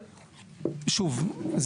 שוב,